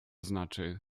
znaczy